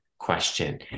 question